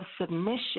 submission